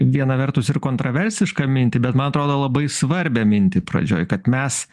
viena vertus ir kontraversišką mintį bet man atrodo labai svarbią mintį pradžioj kad mes